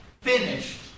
finished